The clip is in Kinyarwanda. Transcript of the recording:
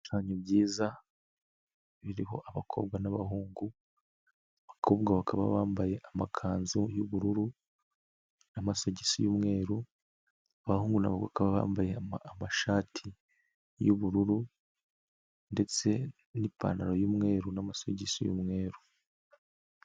Ibishushanyo byiza biriho abakobwa n'abahungu, abakobwa bakaba bambaye amakanzu y'ubururu n'amasogisi y'umweru, abahungu bakaba bambaye amashati y'ubururu ndetse n'ipantaro y'umweru n'amasogisi y'umweru.